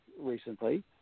recently